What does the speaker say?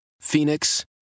Phoenix